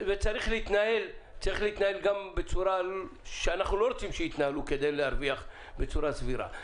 צריך להתנהל בצורה שאנחנו לא רוצים שיתנהלו כדי להרוויח בצורה סבירה.